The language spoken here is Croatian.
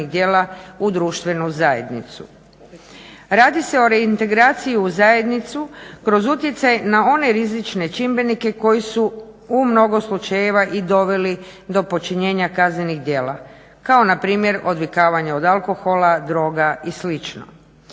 u društvenu zajednicu. Radi se o reintegraciji u zajednicu kroz utjecaj na one rizične čimbenike koji su u mnogo slučajeva i doveli do počinjenja kaznenih djela kao npr. odvikavanje od alkohola, droga i